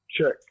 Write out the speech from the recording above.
check